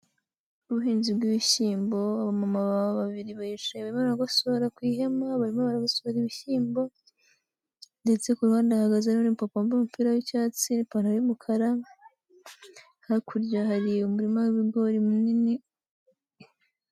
Ubuhinzi bw'ibishyimbo. Abamama babiri baricaye baragosorera ku ihema. Barimo baragosora ibishyimbo ndetse ku ruhuhande hahagaze umupapa wambaye umupira w'icyatsi n'ipantaro y'umukara. Hakurya hari umurima w'ibigori munini.